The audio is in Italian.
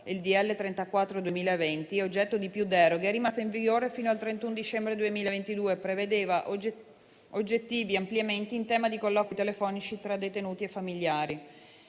n. 34 del 2020), oggetto di più deroghe, è rimasta in vigore fino al 31 dicembre 2022 e prevedeva oggettivi ampliamenti in tema di colloqui telefonici tra detenuti e familiari.